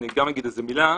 אני גם אגיד מילה,